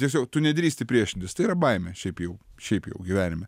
tiesiog tu nedrįsti priešintis tai yra baimė šiaip jau šiaip jau gyvenime